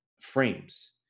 frames